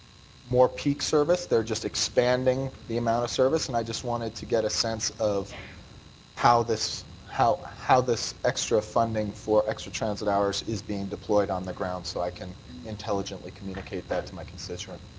more peak service. they're just expanding the amount of service. and i just wanted to get a sense of how this how how this extra funding for extra transit hours is being deployed on the ground so i can intelligently communicate that to my constituent.